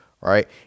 right